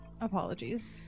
apologies